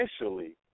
initially